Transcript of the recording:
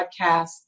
podcast